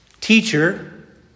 teacher